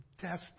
desperate